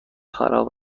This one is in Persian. خراب